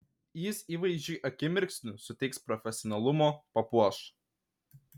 jis įvaizdžiui akimirksniu suteiks profesionalumo papuoš